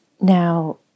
Now